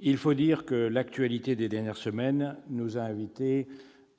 Il faut dire que l'actualité des dernières semaines nous a invités